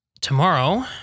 tomorrow